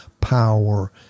power